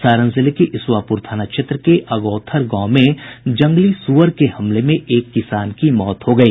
सारण जिले के इसुआपुर थाना क्षेत्र के अगौथर गांव में जंगली सूअर के हमले में एक किसान की मौत हो गई